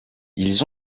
ils